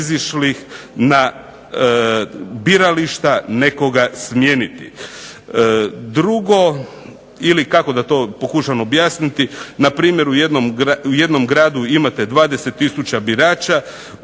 na birališta nekoga smijeniti. Drugo ili kako da to pokušam objasniti, npr. u jednom gradu imate 20000 birača,